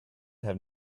have